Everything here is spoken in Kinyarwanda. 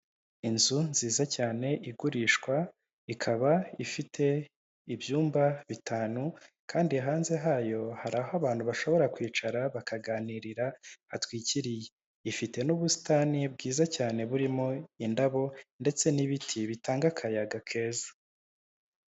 Inzu nziza cyane igurishwa, ikaba ifite ibyumba bitanu kandi hanze hayo hari aho abantu bashobora kwicara bakaganirira, hatwikiriye. Ifite n'ubusitani bwiza cyane burimo indabo ndetse n'ibiti bitanga akayaga keza.